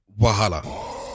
Wahala